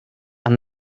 and